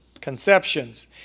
conceptions